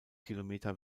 kilometer